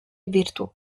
virtù